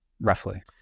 roughly